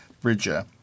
Bridger